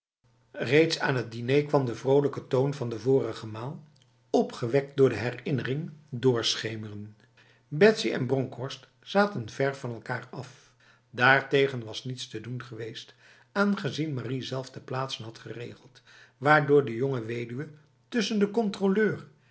reeds aan het diner kwam de vrolijke toon van de vorige maal opgewekt door de herinnering doorschemeren betsy en bronkhorst zaten ver van elkaar af daartegen was niets te doen geweest aangezien marie zelf de plaatsen had geregeld waardoor de jonge weduwe tussen de controleur